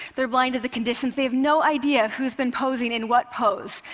they're blind to the conditions. they have no idea who's been posing in what pose,